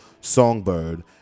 Songbird